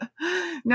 No